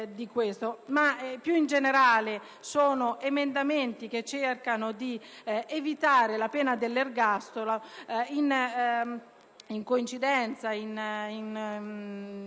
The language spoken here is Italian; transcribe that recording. Più in generale, sono emendamenti che cercano di evitare la pena dell'ergastolo, in coincidenza